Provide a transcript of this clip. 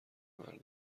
مردم